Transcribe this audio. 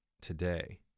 today